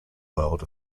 world